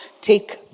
Take